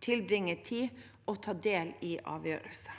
tilbringe tid med det og å ta del i avgjørelser.